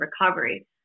recovery